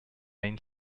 main